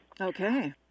Okay